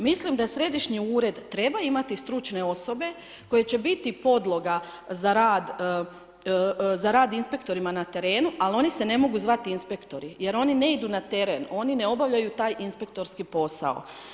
Mislim da središnji ured treba imati stručne osobe, koje će biti podloga za rad inspektorima na terenu, ali oni se ne mogu zvati inspektori, jer oni ne idu na teren, oni ne obavljaju taj inspektorski posao.